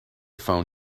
phone